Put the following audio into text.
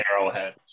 arrowhead